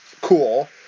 cool